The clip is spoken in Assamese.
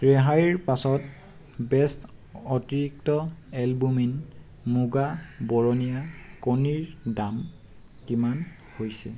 ৰেহাইৰ পাছত বেষ্ট অতিৰিক্ত এলবুমিন মুগা বৰণীয়া কণীৰ দাম কিমান হৈছে